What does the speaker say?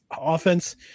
offense